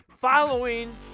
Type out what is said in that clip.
following